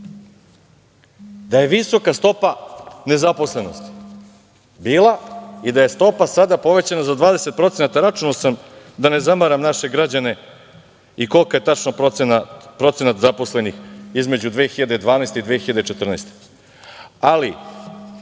da je visoka stopa nezaposlenosti bila i da je stopa sada povećana za 20%. Računao sam, da ne zamaram naše građane i koliki je tačno procenat zaposlenih između 2012. i 2014.